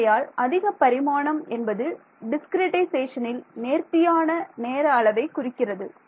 ஆகையால் அதிகப் பரிமாணம் என்பது டிஸ்கிரிட்டைசேஷனில் நேர்த்தியான நேர அளவை குறிக்கிறது